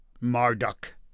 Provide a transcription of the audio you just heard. Marduk